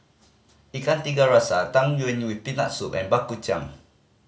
Ikan Tiga Rasa Tang Yuen with Peanut Soup and baku chang